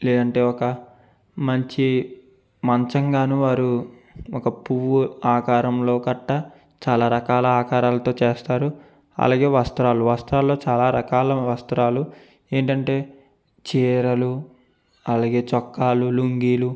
లేదంటే ఒక మంచి మంచంగాను వారు ఒక పువ్వు ఆకారంలో గట్ట చాలా రకాల ఆకారాలతో చేస్తారు అలాగే వస్త్రాలు వస్త్రాల్లో చాలా రకాల వస్త్రాలు ఏంటంటే చీరలు అలాగే చొక్కాలు లుంగీలు